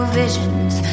visions